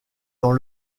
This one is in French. dans